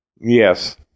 Yes